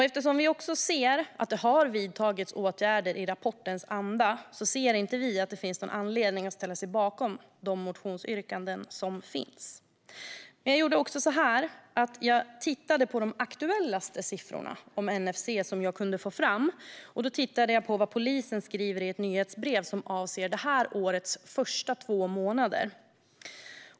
Eftersom vi ser att det har vidtagits åtgärder i rapportens anda ser vi inte att det finns någon anledning att ställa sig bakom de motionsyrkanden som finns. Jag tittade på de mest aktuella siffror om NFC som jag kunde få fram. Då läste jag vad polisen skrev i ett nyhetsbrev som avser detta års första två månader.